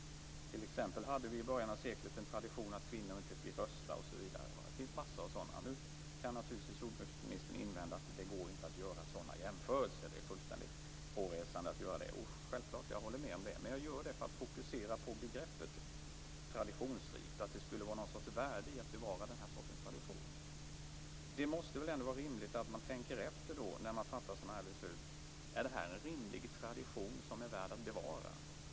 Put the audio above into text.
T.ex. hade vi i början av seklet en tradition att kvinnor inte fick rösta osv. Det finns en massa sådana exempel. Nu kan jordbruksministern naturligtvis invända att det inte går att göra sådana att jämförelser, att det är fullständigt hårresande att göra det. Självfallet håller jag med om det, men jag gör det för att fokusera på begreppet traditionsrikt och att det skulle vara någon sorts värde i att bevara den här typen av tradition. Det måste väl ändå vara rimligt att man, när man fattar sådana här beslut, tänker efter om detta är en rimlig tradition som är värd att bevara.